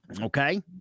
Okay